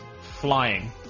flying